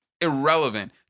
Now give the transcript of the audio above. irrelevant